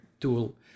tool